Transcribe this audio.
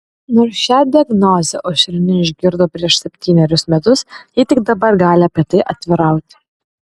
nors šią diagnozę aušrinė išgirdo prieš septynerius metus ji tik dabar gali apie tai atvirauti